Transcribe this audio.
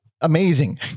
amazing